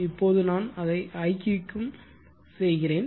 இப்போது நான் அதை iq க்கும் செய்கிறேன்